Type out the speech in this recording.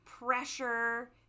Pressure